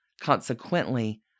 Consequently